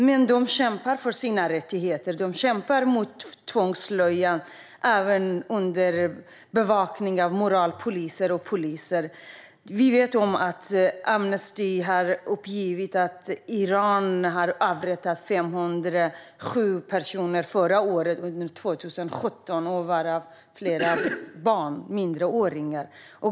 Men de kämpar för sina rättigheter, och de kämpar mot slöjtvånget - även under bevakning av moralpoliser och poliser. Vi vet att Amnesty har uppgivit att Iran avrättade 507 personer under 2017, varav flera var barn - minderåriga.